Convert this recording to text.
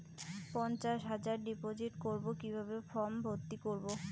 পঞ্চাশ হাজার ডিপোজিট করবো কিভাবে ফর্ম ভর্তি করবো?